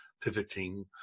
pivoting